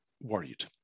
worried